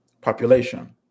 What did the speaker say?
population